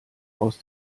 aus